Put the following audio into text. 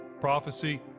prophecy